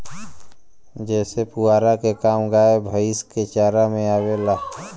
जेसे पुआरा के काम गाय भैईस के चारा में आवेला